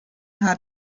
hat